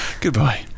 Goodbye